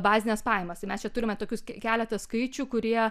bazines pajamas tai mes čia turime tokius keletą skaičių kurie